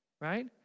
right